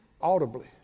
audibly